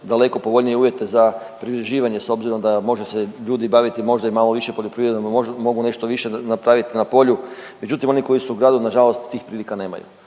daleko povoljnije uvjete za privređivanje s obzirom da može se ljudi baviti možda i malo više poljoprivredom, mogu nešto više napraviti na polju, međutim oni koji su u gradu nažalost tih prilika nemaju